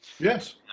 Yes